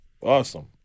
awesome